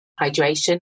hydration